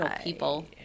people